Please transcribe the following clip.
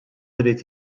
irid